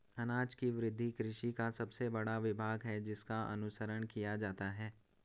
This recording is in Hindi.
अनाज की वृद्धि कृषि का सबसे बड़ा विभाग है जिसका अनुसरण किया जाता है